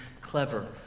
clever